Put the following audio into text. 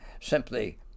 simply